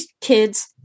kids